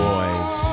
Boys